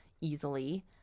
easily